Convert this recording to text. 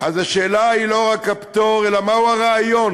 השאלה היא לא רק הפטור אלא מה הוא הרעיון